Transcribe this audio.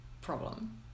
problem